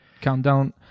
countdown